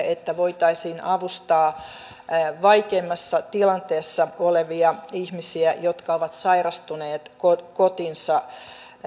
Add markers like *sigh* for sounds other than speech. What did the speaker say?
*unintelligible* että voitaisiin avustaa vaikeimmassa tilanteessa olevia ihmisiä jotka ovat sairastuneet kotinsa